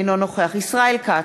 אינו נוכח ישראל כץ,